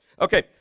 Okay